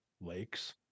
lakes